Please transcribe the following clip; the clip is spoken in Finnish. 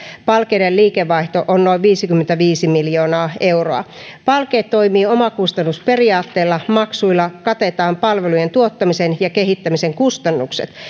palkeiden liikevaihto on noin viisikymmentäviisi miljoonaa euroa palkeet toimii omakustannusperiaatteella maksuilla katetaan palvelujen tuottamisen ja kehittämisen kustannukset